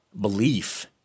belief